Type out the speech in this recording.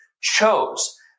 chose